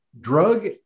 Drug